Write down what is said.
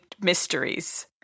mysteries